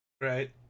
Right